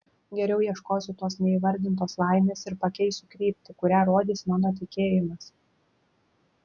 geriau ieškosiu tos neįvardintos laimės ir pakeisiu kryptį kurią rodys mano tikėjimas